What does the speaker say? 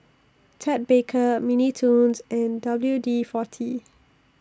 Ted Baker Mini Toons and W D forty